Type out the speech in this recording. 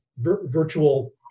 virtual